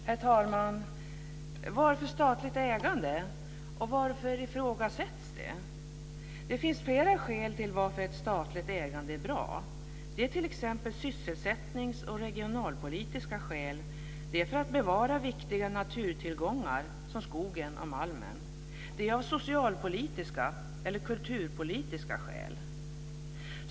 Herr talman! Varför ska vi ha statligt ägande? Och varför ifrågasätts det? Det finns flera skäl till varför ett statligt ägande är bra. Det är t.ex. sysselsättnings och regionalpolitiska skäl. Det är för att bevara viktiga naturtillgångar som skogen och malmen. Det är socialpolitiska eller kulturpolitiska skäl.